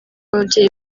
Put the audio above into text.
ababyeyi